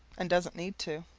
and doesn't need to.